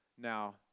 now